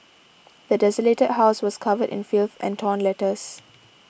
the desolated house was covered in filth and torn letters